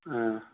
ꯑꯥ